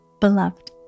beloved